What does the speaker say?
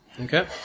Okay